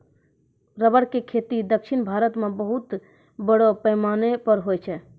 rubber के खेती दक्षिण भारत मॅ बहुत बड़ो पैमाना पर होय छै